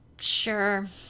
Sure